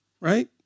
Right